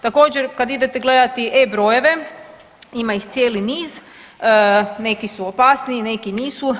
Također kad idete gledati E brojeve, ima ih cijeli niz, neki su opasniji, neki nisu.